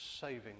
saving